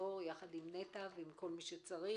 ואור עם נטע ועם כל מי שצריך,